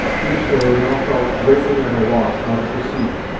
deerslayer now felt greatly at a loss how to proceed.